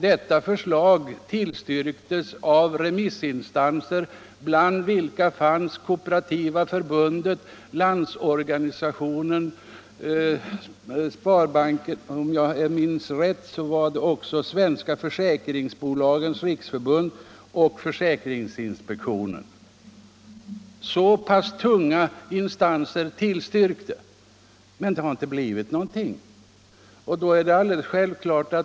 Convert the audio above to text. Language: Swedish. Detta förslag tillstyrktes av remissinstanser bland vilka fanns Kooperativa förbundet, Landsorganisationen, Svenska försäkringsbolags riksförbund och försäkringsinspektionen, om jag minns rätt. Så tunga remissinstanser tillstyrkte alltså förslaget. Men det har inte blivit någonting av det.